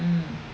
mm